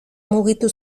mugitu